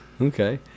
okay